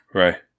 right